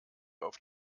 auf